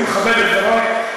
אני מכבד את דברייך,